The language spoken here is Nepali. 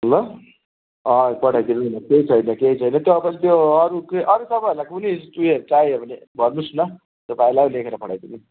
ल ह पठाइदिनु न केही छैन केही छैन तपाईँलाई त्यो अरू अरू तपाईँहरूलाई कुनै उयोहरू चाहियो भने भन्नुहोस् न त भाइलाई लेखेर पठाइदिनु